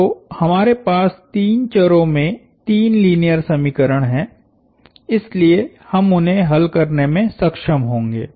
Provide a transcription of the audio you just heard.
तो हमारे पास तीन चरों में तीन लीनियर समीकरण हैं इसलिए हम उन्हें हल करने में सक्षम होंगे